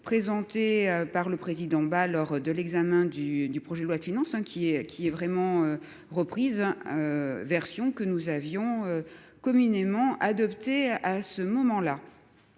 Présentée par le président bah lors de l'examen du projet de loi de finances hein qui est qui est vraiment reprise. Version que nous avions communément. À ce moment-là.